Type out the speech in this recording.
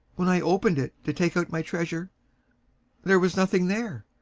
when i opened it to take out my treasure there was nothing there!